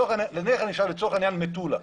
נניח לצורך העניין מטולה,